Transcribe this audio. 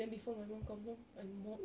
then before my mum come home I mop